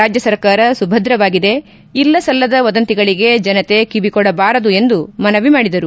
ರಾಜ್ಯ ಸರ್ಕಾರ ಸುಭದ್ರವಾಗಿದೆ ಇಲ್ಲಸಲ್ಲದ ವದಂತಿಗಳಿಗೆ ಜನತೆ ಕಿವಿ ಕೊಡಬಾರದು ಎಂದು ಮನವಿ ಮಾಡಿದರು